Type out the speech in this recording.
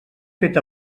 fet